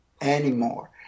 anymore